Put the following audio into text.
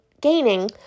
gaining